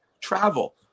travel